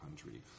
country